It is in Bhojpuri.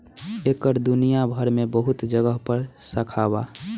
एकर दुनिया भर मे बहुत जगह पर शाखा बा